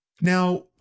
Now